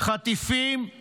חטיפים, 9%,